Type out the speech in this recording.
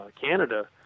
Canada